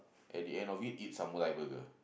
at the end of it eat samurai burger